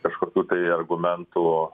kažkokių tai argumentų